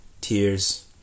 tears